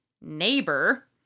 neighbor